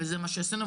וזה מה שעשינו.